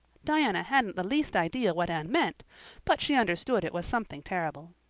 diana hadn't the least idea what anne meant but she understood it was something terrible.